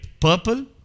purple